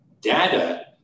Data